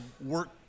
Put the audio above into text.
work